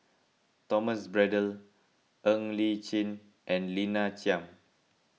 Thomas Braddell Ng Li Chin and Lina Chiam